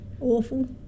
Awful